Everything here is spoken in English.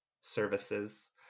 services